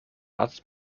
arzt